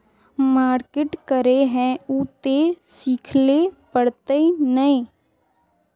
Market करे है उ ते सिखले पड़ते नय?